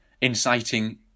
inciting